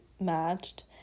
matched